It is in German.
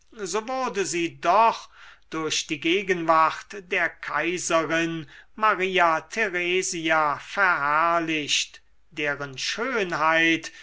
so wurde sie doch durch die gegenwart der kaiserin maria theresia verherrlicht deren schönheit